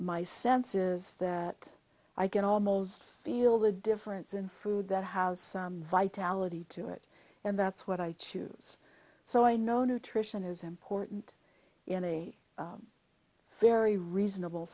my sense is that i can almost feel the difference in food that has vitality to it and that's what i choose so i know nutrition is important in a very reasonable